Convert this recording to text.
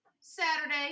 Saturday